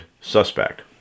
suspect